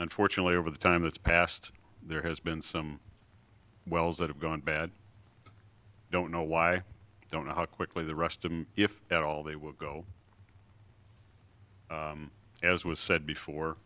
unfortunately over the time that's passed there has been some wells that have gone bad i don't know why i don't know how quickly the rest if at all they will go as was said before